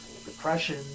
depression